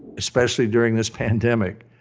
especially during this pandemic,